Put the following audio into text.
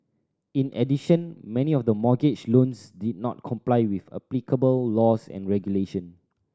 in addition many of the mortgage loans did not comply with applicable laws and regulation